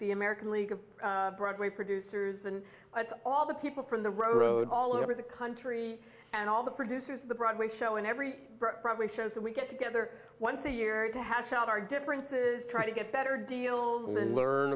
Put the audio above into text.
the american league of broadway producers and it's all the people from the road all over the country and all the producers of the broadway show and every probably shows that we get together once a year to hash out our differences try to get better deals and learn